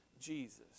Jesus